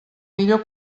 millor